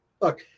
Look